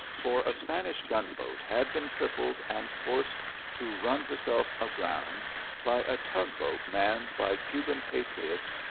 for a spanish gun-boat had been crippled and forced to run herself aground by a tug-boat manned by cuban patriots,